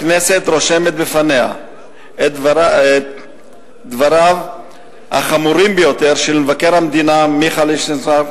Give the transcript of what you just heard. הכנסת רושמת בפניה את דבריו החמורים ביותר של מבקר המדינה מיכה לינדנשטראוס